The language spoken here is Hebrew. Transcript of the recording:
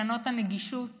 תקנות הנגישות